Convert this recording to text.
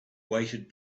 waited